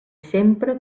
sempre